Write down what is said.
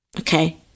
okay